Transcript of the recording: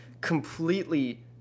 completely